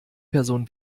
person